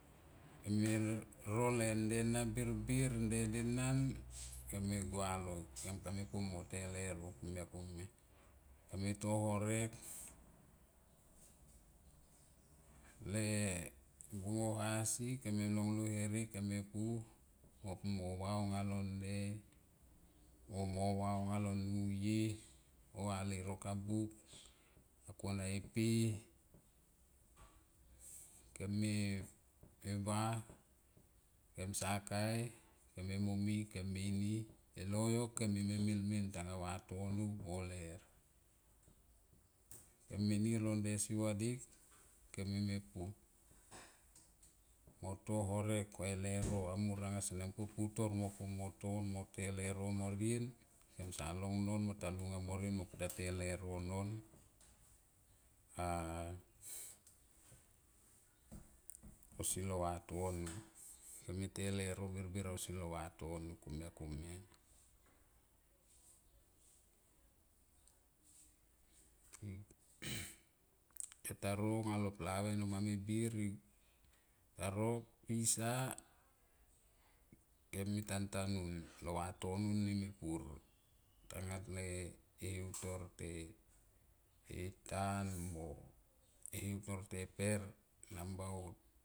Kem me no lei nde na birbir nde denan kem ma gua loi kem kame pu mo te e leuro komia komia kame pu mote e leuro komia komia kem me to horek le bungaha si kem me pu mo pu mo va aunga lo ne o mo va aung lo nuye mo vate rokabuk kona epe keme va. Kemsa kai kem me momi kem me ini e loyok kem mime mil mimta nga vatono mo ler kem me lo nde si vadik kem mi me pu moto horerk va eleuro amor anga sene po putor mo pu mo ton mo te leuro morien kemsa long non mo ta lunga morien mo te leuron non. A ausi lo vatono, kem me te leuro birbir ausi lo vatoo komia yo ta ro nga lo bave nga no manga me bir taro pisa kem minta tanun lo vatono ni mepur tanga le utor te tan utur teiper nambaut.